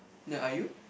ya are you